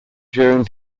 during